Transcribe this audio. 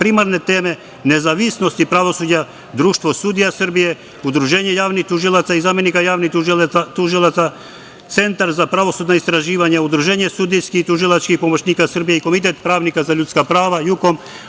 primarne teme, nezavisnosti pravosuđa, Društvo sudija Srbije, Udruženje javnih tužilaca i zamenika javnih tužilaca, Centar za pravosudna istraživanja, Udruženje sudijskih i tužilačkih pomoćnika Srbije i Komitet pravnika za ljudska prava JUKOM,